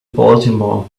baltimore